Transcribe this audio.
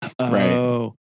Right